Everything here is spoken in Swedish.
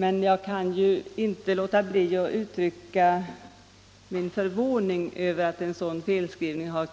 Jag kan emellertid inte låta bli att uttrycka min förvåning över att en sådan felskrivning har